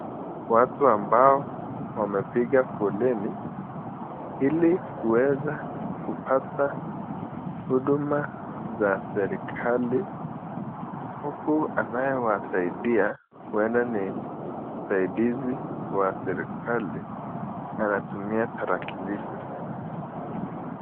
Watu ambao wamepiga foleni ili kuweza kupata huduma za serikali huku anaye wasaidia huenda ni msaidizi wa serikali na anatumia tarakilishi.